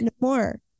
more